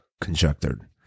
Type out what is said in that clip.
conjectured